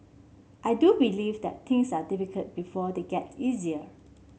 I do believe that things are difficult before they get easier